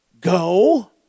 Go